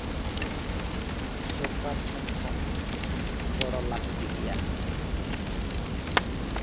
ᱥᱚᱨᱠᱟᱨ ᱴᱷᱮᱱ ᱠᱷᱚᱱ ᱜᱚᱲᱚ ᱞᱟᱹᱠᱛᱤ ᱜᱮᱭᱟ